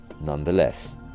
nonetheless